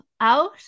out